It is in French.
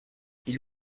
ils